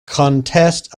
contest